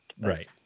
Right